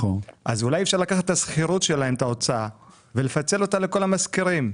אולי אפשר לקחת את הוצאת השכירות שלהם ולפצל אותה לכל המשכירים.